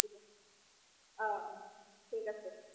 অ' অ' ঠিক আছে